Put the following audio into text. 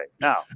now